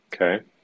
okay